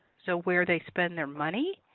so, where they spend their money.